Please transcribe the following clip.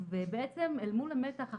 בעצם אל מול המתח החברתי,